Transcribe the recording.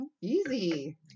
Easy